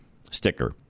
sticker